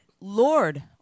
Lord